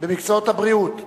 במקצועות הבריאות (תיקון),